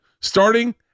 Starting